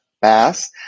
Bass